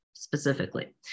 specifically